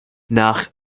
nach